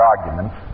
arguments